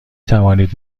توانید